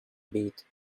bit